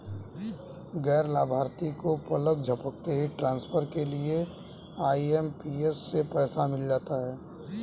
गैर लाभार्थी को पलक झपकते ही ट्रांसफर के लिए आई.एम.पी.एस से पैसा मिल जाता है